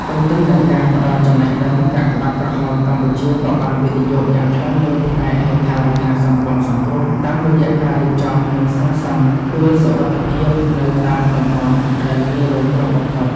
ទន្ទឹមនឹងការផ្តល់ចំណេះដឹង កាកបាទក្រហមកម្ពុជាក៏បានវិនិយោគយ៉ាងខ្លាំងលើផ្នែកហេដ្ឋារចនាសម្ព័ន្ធសង្គ្រោះ តាមរយៈការរៀបចំ និងសាងសង់ទួលសុវត្ថិភាពនៅតាមតំបន់ដែលងាយរងគ្រោះបំផុត។